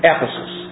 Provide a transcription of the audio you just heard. Ephesus